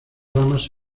ramas